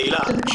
תהלה,